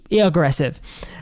aggressive